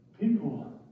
people